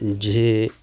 જે